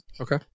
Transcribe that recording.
Okay